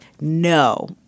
no